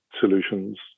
solutions